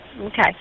Okay